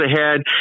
ahead